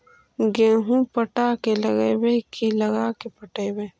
गेहूं पटा के लगइबै की लगा के पटइबै?